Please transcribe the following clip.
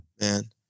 Man